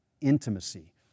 intimacy